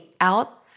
out